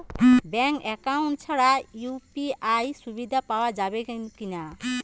Bank account ছাড়া UPI সুবিধা পাওয়া যাবে কি না?